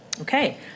okay